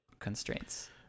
constraints